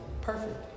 perfect